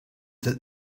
that